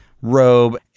robe